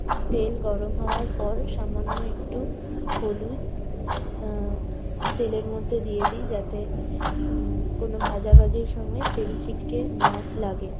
তেল গরম হওয়ার পর সামান্য একটু হলুদ তেলের মধ্যে দিয়ে দিই যাতে কোনও ভাজাভাজির সময়ে তেল ছিটকে না লাগে